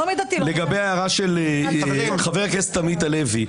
לגבי ההערה של חבר הכנסת עמית הלוי.